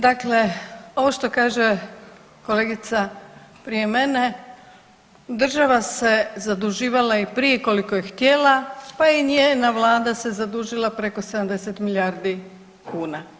Dakle, ovo što kaže kolegica prije mene, država se zaduživala i prije koliko je htjela, pa i njena Vlada se zadužila preko 70 milijardi kuna.